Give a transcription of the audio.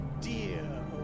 dear